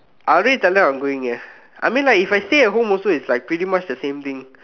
I already tell them I'm going eh I mean like if I stay at home also it's pretty much the same thing